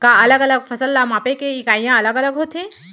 का अलग अलग फसल ला मापे के इकाइयां अलग अलग होथे?